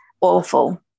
awful